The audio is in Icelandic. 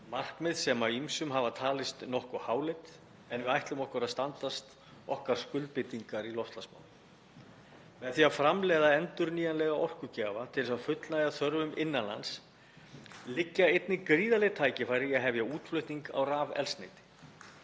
markmið sem af ýmsum hafa talist nokkuð háleit, en við ætlum okkur að standast okkar skuldbindingar í loftslagsmálum. Með því að framleiða endurnýjanlega orkugjafa til að fullnægja þörfum innan lands liggja einnig gríðarleg tækifæri í að hefja útflutning á rafeldsneyti.